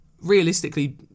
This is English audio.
realistically